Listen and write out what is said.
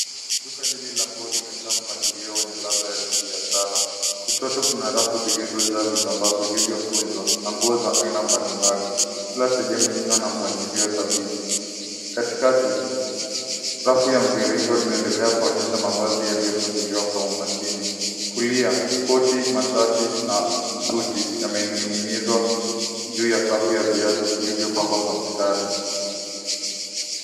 Duka hili la nguo limejaa mpangilio wenye ladha ya kibiashara. Kushoto kuna rafu zilizojaa vitambaa vilivyokunjwa na nguo za aina mbalimbali, kila sehemu ikiwa na mpangilio thabiti. Katikati, rafu ya mviringo inaendelea kuonyesha mavazi yaliyochaguliwa kwa umakini. Kulia, koti, mashati na suti yamenin'ginizwa juu ya safu ya viatu vilivyopangwa kwa mstari.